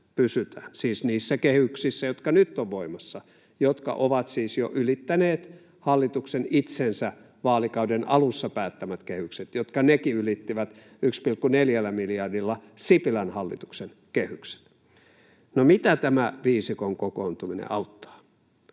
niissä kehyksissä, jotka nyt ovat voimassa, jotka ovat siis jo ylittäneet hallituksen itsensä vaalikauden alussa päättämät kehykset, jotka nekin ylittivät 1,4 miljardilla Sipilän hallituksen kehykset. No, mitä tämä viisikon kokoontuminen auttaa?